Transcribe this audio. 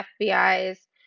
FBI's